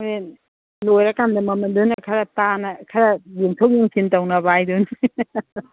ꯍꯣꯔꯦꯟ ꯂꯣꯏꯔꯀꯥꯟꯗ ꯃꯃꯟꯗꯨꯅ ꯈꯔ ꯇꯥꯅ ꯈꯔ ꯌꯦꯡꯊꯣꯛ ꯌꯦꯡꯁꯤꯟ ꯇꯧꯅꯕ ꯍꯥꯏꯗꯨꯅꯤ